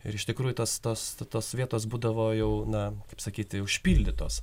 ir iš tikrųjų tos tos tos vietos būdavo jau na kaip sakyti užpildytos